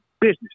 business